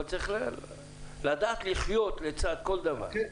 אבל צריך לדעת לחיות לצד כל דבר.